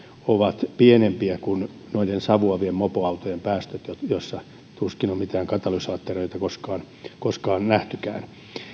ovat pienempiä kuin noiden savuavien mopoautojen päästöt joissa tuskin on mitään katalysaattoreita koskaan nähtykään